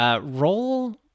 Roll